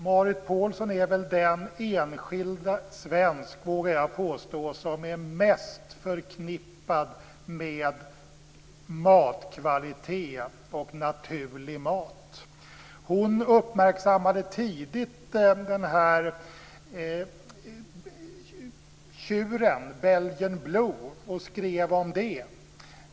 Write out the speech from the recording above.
Marit Paulsen är väl, vågar jag påstå, den enskilda svensk som är mest förknippad med matkvalitet och naturlig mat. Hon uppmärksammade tidigt tjuren, Belgian blue, och skrev om det.